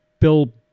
Bill